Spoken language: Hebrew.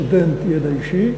סטודנט ידע אישי,